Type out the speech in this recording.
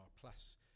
plus